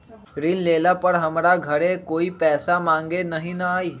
ऋण लेला पर हमरा घरे कोई पैसा मांगे नहीं न आई?